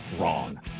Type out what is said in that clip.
wrong